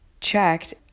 checked